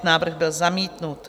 Návrh byl zamítnut.